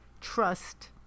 Trust